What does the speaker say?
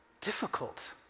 difficult